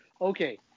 Okay